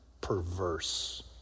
perverse